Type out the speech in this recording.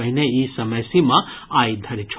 पहिने ई समय सीमा आइ धरि छल